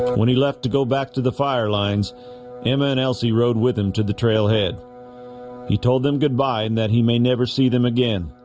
when he left to go back to the fire lines emma and elsie rode with him to the trailhead he told them goodbye and that he may never see them again